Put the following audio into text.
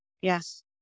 Yes